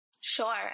Sure